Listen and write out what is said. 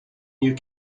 you